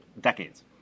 decades